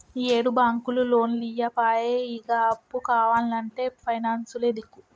ఈయేడు బాంకులు లోన్లియ్యపాయె, ఇగ అప్పు కావాల్నంటే పైనాన్సులే దిక్కు